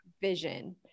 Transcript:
vision